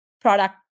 product